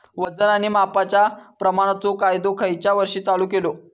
वजन आणि मापांच्या प्रमाणाचो कायदो खयच्या वर्षी चालू केलो?